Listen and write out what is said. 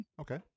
Okay